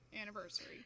anniversary